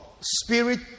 spirit